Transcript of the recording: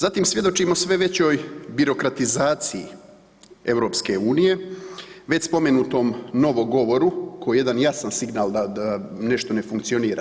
Zatim svjedočimo sve većoj birokratizaciji EU, već spomenutom novo govoru koji je jedan jasan signal da nešto ne funkcionira.